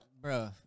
bro